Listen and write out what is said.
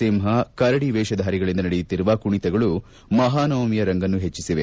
ಸಿಂಹ ಕರಡಿ ವೇಷಧಾರಿಗಳಂದ ನಡೆಯುತ್ತಿರುವ ಕುಣಿತಗಳು ಮಹಾನವಮಿಯ ರಂಗನ್ನು ಹೆಚ್ಚಿಸಿದೆ